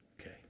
Okay